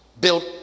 built